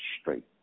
straight